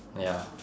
ya